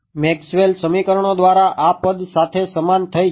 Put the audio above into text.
Maxwell સમીકરણો દ્વારા આ પદ સાથે સમાન થઇ જશે